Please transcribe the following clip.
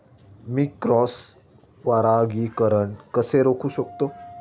मी cross परागीकरण कसे रोखू शकतो?